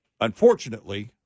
Unfortunately